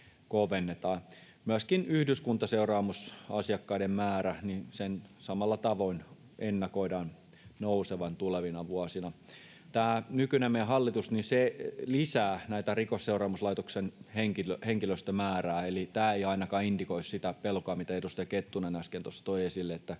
Myöskin yhdyskuntaseuraamusasiakkaiden määrän samalla tavoin ennakoidaan nousevan tulevina vuosina. Tämä meidän nykyinen hallitus lisää Rikosseuraamuslaitoksen henkilöstömäärää, eli tämä ei ainakaan indikoi sitä pelkoa, mitä edustaja Kettunen äsken tuossa toi esille,